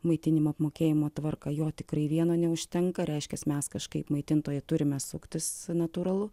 maitinimo apmokėjimo tvarką jo tikrai vieno neužtenka reiškias mes kažkaip maitintojai turime suktis natūralu